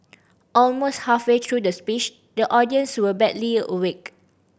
almost halfway through the speech the audience were barely awake